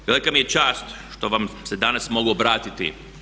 Velika mi je čast što vam se danas mogu obratiti.